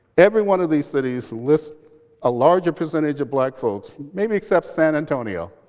every one of these cities list a larger percentage of black folks, maybe except san antonio,